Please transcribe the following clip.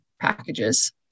packages